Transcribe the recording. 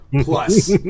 plus